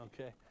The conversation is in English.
Okay